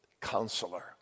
counselor